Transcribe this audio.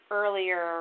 earlier